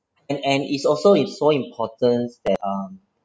and and it's also it's so important that um